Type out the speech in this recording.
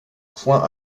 point